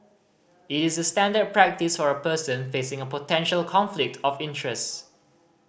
it is the standard practice for a person facing a potential conflict of interests